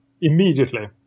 immediately